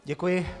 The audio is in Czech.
Děkuji.